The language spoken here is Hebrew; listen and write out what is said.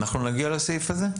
אנחנו נגיע לסעיף הזה?